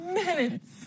minutes